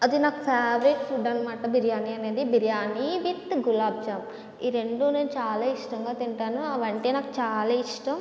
అది నాకు favourite food అన్నమాట బిర్యానీ అనేది బిర్యానీ విత్ గులాబ్జామ్ ఈ రెండు నేను చాలా ఇష్టంగా తింటాను అవంటే నాకు చాలా ఇష్టం